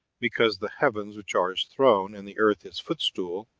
because the heavens, which are his throne, and the earth. his footstool,